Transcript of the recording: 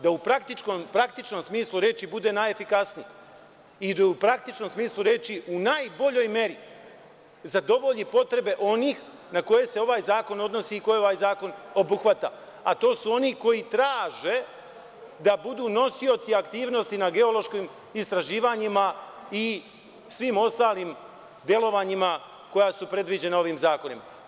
Da u praktičnom smislu reči bude najjefikasniji i da u praktičnom smislu reči u najboljoj meri zadovolji potrebe onih na koje se ovaj zakon odnosi i koje ovaj zakon obuhvata, a to su oni koji traže da budu nosioci aktivnosti na geološkim istraživanjima i svi ostalim delovanjima koja su predviđena ovim zakonima.